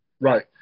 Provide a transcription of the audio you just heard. Right